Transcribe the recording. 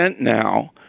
now